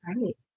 right